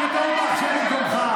סדרנים, נא להרחיק אותם, בבקשה.